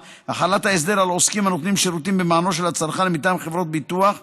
והחלת ההסדר על עוסקים הנותנים שירותים במענו של הצרכן מטעם חברות ביטוח,